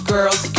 Girls